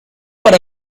para